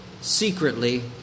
secretly